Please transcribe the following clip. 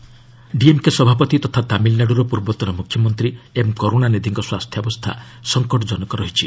କରୁଣାନିଧି ଡିଏମ୍କେ ସଭାପତି ତଥା ତାମିଲନାଡୁର ପୂର୍ବତନ ମୁଖ୍ୟମନ୍ତ୍ରୀ ଏମ୍ କରୁଣାନିଧିଙ୍କ ସ୍ୱାସ୍ଥ୍ୟାବସ୍ଥା ସଂକଟଜନକ ରହିଛି